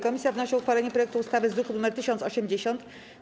Komisja wnosi o uchwalenie projektu ustawy z druku nr 1080.